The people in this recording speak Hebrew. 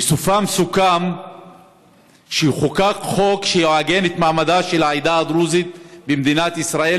ובסופן סוכם שיחוקק חוק שיעגן את מעמדה של העדה הדרוזית במדינת ישראל,